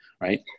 right